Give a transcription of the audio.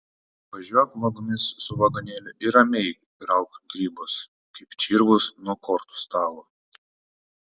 važiuok vagomis su vagonėliu ir ramiai rauk grybus kaip čirvus nuo kortų stalo